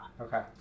Okay